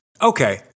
Okay